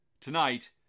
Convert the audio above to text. tonight